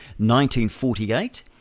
1948